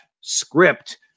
script